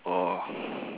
or